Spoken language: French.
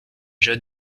jeunes